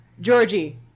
Georgie